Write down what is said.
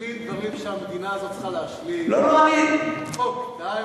נשלים דברים שהמדינה הזאת צריכה להשלים: חוק טל,